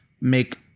make